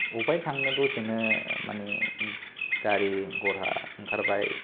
अबेहाय थांनो दसेनो माने गारि घरा ओंखारबाय